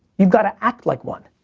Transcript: you've gotta act like one.